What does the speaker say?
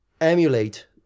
emulate